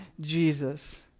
Jesus